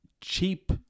Cheap